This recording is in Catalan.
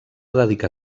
dedicar